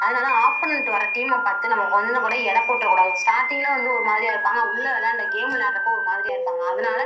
அதனால் ஆப்போனன்ட்டு வர டீம்மை பார்த்து நம்ம கொஞ்ச கூட எடை போட்றக்கூடாது ஸ்டார்ட்டிங்கில வந்து ஒரு மாதிரியா இருப்பாங்க அவங்க உள்ளே விளாண்ட கேம் விளாடுறப்போ ஒரு மாதிரியாக இருப்பாங்க அதனால